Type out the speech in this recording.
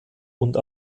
und